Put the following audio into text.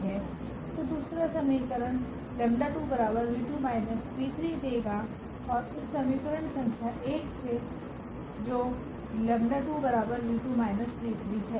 तो दूसरा समीकरण𝜆2𝑣2−𝑣3 देगा और इस समीकरण संख्या 1 से जो 𝜆2𝑣2−𝑣3 है